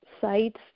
sites